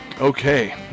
Okay